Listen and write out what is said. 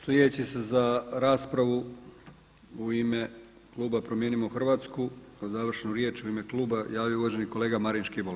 Sljedeći se za raspravu u ime kluba Promijenimo Hrvatsku za završnu riječ u ime kluba javio uvaženi kolega Marin Škibola.